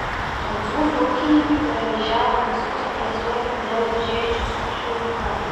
prancūzų ūkininkai paralyžiavo miestus protestuodami dėl mažėjančių supirkimo kainų